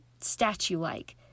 statue-like